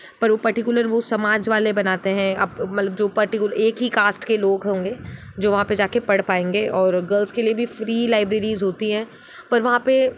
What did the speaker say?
पर वो पर्टिक्युलर वो समाज वाले बनाते हैं आप मतलब जो पर्टिक्युलर एक ही कास्ट के लोग होंगे जो वहाँ पे जाके पढ़ पाएंगे और गर्ल्स के लिए भी फ्री लाइब्रेरीस होती है पर वहाँ पे